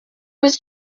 was